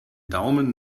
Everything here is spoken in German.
daumen